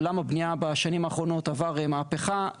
עולם הבנייה בשנים האחרונות עבר מהפיכה.